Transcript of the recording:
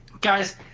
guys